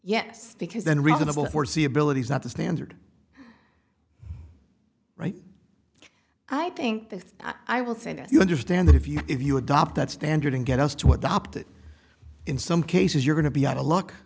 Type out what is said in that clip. yes because then reasonable foreseeability is not the standard right i think this i will say that you understand that if you if you adopt that standard and get us to adopt it in some cases you're going to be out of luck